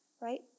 right